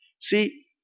See